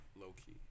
low-key